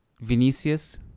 Vinicius